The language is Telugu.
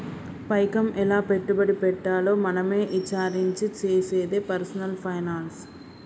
పైకం ఎలా పెట్టుబడి పెట్టాలో మనమే ఇచారించి చేసేదే పర్సనల్ ఫైనాన్స్